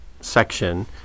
section